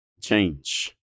change